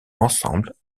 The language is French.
ensemble